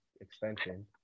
extension